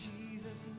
Jesus